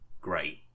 great